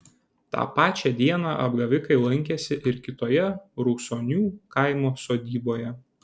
tą pačią dieną apgavikai lankėsi ir kitoje rusonių kaimo sodyboje